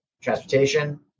transportation